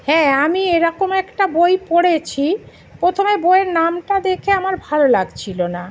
হ্যাঁ আমি এরকম একটা বই পড়েছি প্রথমে বইয়ের নামটা দেখে আমার ভালো লাগছিল না